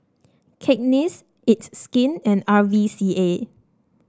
Cakenis It's Skin and R V C A